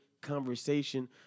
conversation